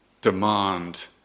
demand